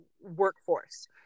workforce